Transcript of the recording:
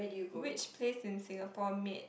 which place in Singapore make